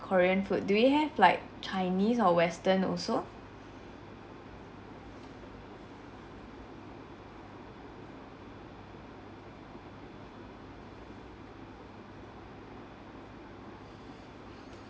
korean food do you have like chinese or western also